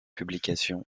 publications